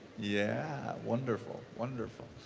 yeah. wonderful. wonderful!